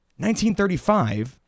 1935